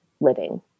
living